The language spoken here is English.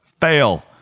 fail